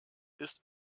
ist